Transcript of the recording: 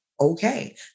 Okay